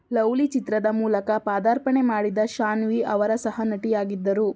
lovely ಚಿತ್ರದ ಮೂಲಕ ಪಾದಾರ್ಪಣೆ ಮಾಡಿದ ಶಾನ್ವಿ ಅವರ ಸಹನಟಿಯಾಗಿದ್ದರು